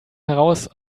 heraus